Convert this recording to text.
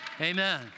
amen